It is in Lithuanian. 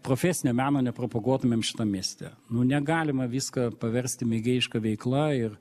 profesinio meno nepropaguotumėm šitam mieste nu negalima viską paversti mėgėjiška veikla ir